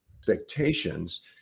expectations